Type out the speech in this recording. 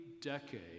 decade